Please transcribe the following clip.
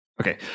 Okay